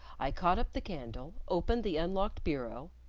i caught up the candle, opened the unlocked bureau,